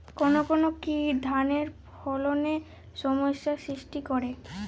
কোন কোন কীট ধানের ফলনে সমস্যা সৃষ্টি করে?